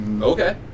Okay